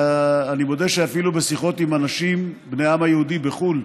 אני מודה שאפילו בשיחות עם אנשים בני העם היהודי בחו"ל,